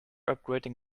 upgrading